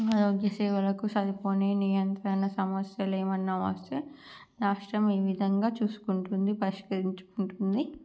ఆరోగ్య సేవలకు సరిపోని నియంత్రణ సమస్యలు ఏవైనా వస్తే రాష్ట్రం ఈ విధంగా చూసుకుంటుంది పరిష్కరించుకుంటుంది